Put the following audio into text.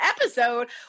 episode